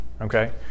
Okay